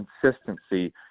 consistency